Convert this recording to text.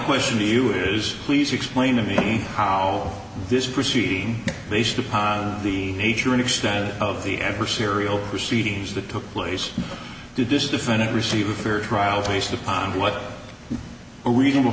question to you is please explain to me how this proceeding based upon the nature and extent of the adversarial proceedings that took place to dish different receive a fair trial based upon what a reasonable